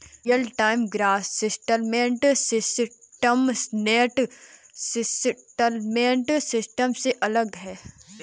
real time gross settlement system net settlement system से अलग है